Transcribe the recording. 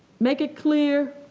make it clear